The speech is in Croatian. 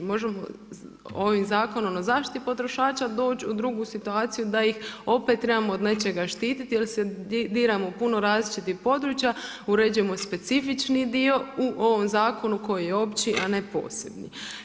Možemo ovim Zakonom o zaštiti potrošača doći u drugu situaciju, da ih opet trebamo od nečega štiti, jer se diramo u puno različitih područja, uređujemo specifični dio u ovom zakonu koji je opći a ne posebni.